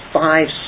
five